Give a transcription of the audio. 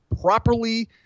properly –